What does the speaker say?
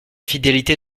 fidélité